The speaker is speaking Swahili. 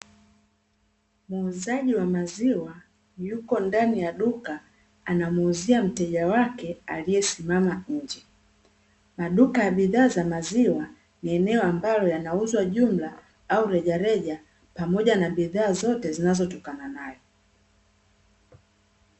Muuzaji wa maziwa yupo ndani ya duka anamuuzia mteja wake aliyesimama nje. Maduka ya bidhaa za maziwa ni eneo ambalo yanauzwa jumla au rejareja pamoja na bidhaa zote zinazotokana nayo.